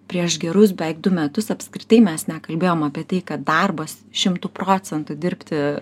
prieš gerus beveik du metus apskritai mes nekalbėjom apie tai kad darbas šimtu procentų dirbti